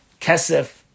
Kesef